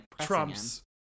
Trump's